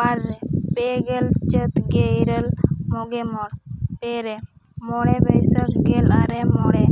ᱵᱟᱨ ᱨᱮ ᱯᱮᱜᱮᱞ ᱪᱟᱹᱛ ᱜᱮ ᱤᱨᱟᱹᱞ ᱢᱚᱜᱮᱢᱚᱬ ᱯᱮᱨᱮ ᱢᱚᱬᱮ ᱵᱟᱹᱭᱥᱟᱹᱠᱷ ᱜᱮᱞ ᱟᱨᱮ ᱢᱚᱬᱮ